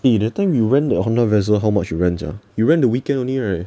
the that time you rent the Honda Vessel how much you rent sia you rent the weekend only right